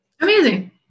Amazing